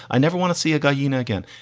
i never want to see a guy you know again.